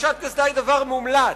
חבישת קסדה היא דבר מומלץ,